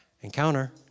Encounter